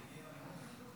סעיפים 1 4 נתקבלו.